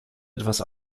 etwas